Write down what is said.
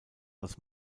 als